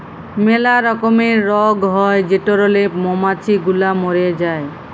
ম্যালা রকমের রগ হ্যয় যেটরলে মমাছি গুলা ম্যরে যায়